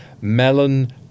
melon